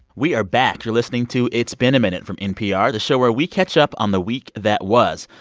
we are back. you're listening to it's been a minute from npr, the show where we catch up on the week that was.